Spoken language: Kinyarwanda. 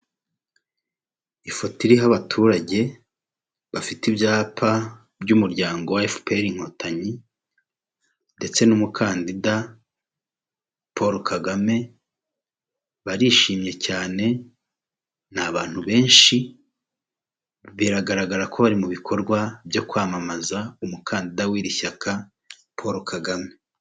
Ifoto iriho abaturage bafite ibyapa by'umuryango fpr inkotanyi ndetse n'umukandida paul kagame barishimye cyane ni abantu benshi biragaragara ko bari mu bikorwa byo kwamamaza umukandida w'iri shyaka paul kagame.